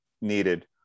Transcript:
needed